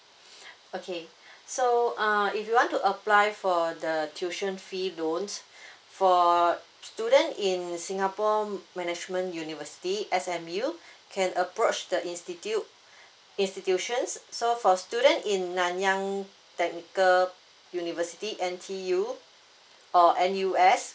okay so uh if you want to apply for the tuition fee loan for student in singapore management university S_M_U can approach the institute institution so for student in nanyang technical university N_T_U or N_U_S